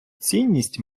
цінність